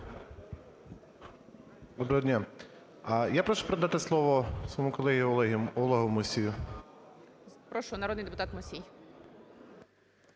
Доброго дня. Я прошу передати слово своєму колезі Олегу Мусію. ГОЛОВУЮЧИЙ. Прошу, народний депутат Мусій.